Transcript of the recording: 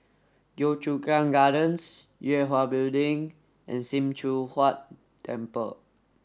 Yio Chu Kang Gardens Yue Hwa Building and Sim Choon Huat Temple